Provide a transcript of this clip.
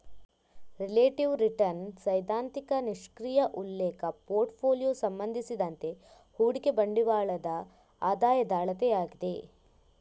relative return ಸೈದ್ಧಾಂತಿಕ ನಿಷ್ಕ್ರಿಯ ಉಲ್ಲೇಖ ಪೋರ್ಟ್ ಫೋಲಿಯೊ ಸಂಬಂಧಿಸಿದಂತೆ ಹೂಡಿಕೆ ಬಂಡವಾಳದ ಆದಾಯದ ಅಳತೆಯಾಗಿದೆ